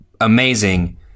amazing